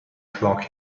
flock